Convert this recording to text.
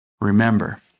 remember